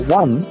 one